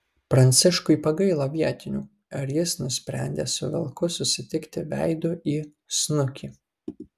pranciškui pagailo vietinių ir jis nusprendė su vilku susitikti veidu į snukį